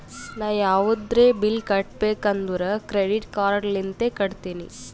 ನಾ ಯಾವದ್ರೆ ಬಿಲ್ ಕಟ್ಟಬೇಕ್ ಅಂದುರ್ ಕ್ರೆಡಿಟ್ ಕಾರ್ಡ್ ಲಿಂತೆ ಕಟ್ಟತ್ತಿನಿ